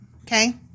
Okay